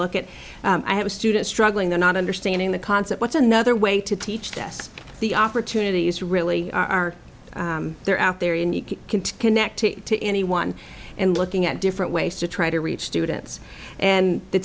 look at i have a student struggling or not understanding the concept what's another way to teach this the opportunities really are there out there and you can connect to anyone and looking at different ways to try to reach students and the